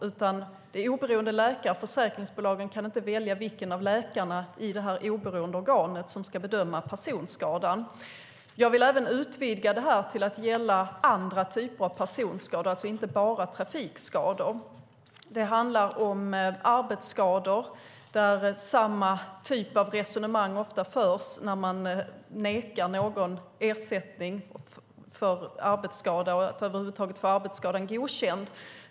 Läkarna är oberoende, och försäkringsbolagen kan inte själva välja vilken av läkarna i det oberoende organet som ska bedöma personskadan. Jag vill utvidga det till att även gälla andra typer av personskador, alltså inte bara trafikskador. Det kan handla om arbetsskador där samma typ av resonemang ofta förs när man nekar någon ersättning för arbetsskada eller att över huvud taget få arbetsskadan godkänd.